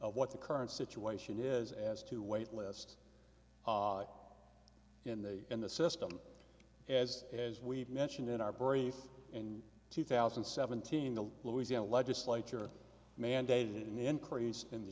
of what the current situation is as to wait list in the in the system as as we've mentioned in our brief in two thousand and seventeen the louisiana legislature mandated an increase in the